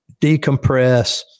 decompress